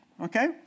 okay